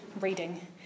reading